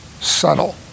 subtle